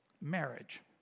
Marriage